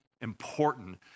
important